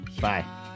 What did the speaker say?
Bye